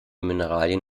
mineralien